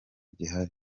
gihari